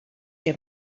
que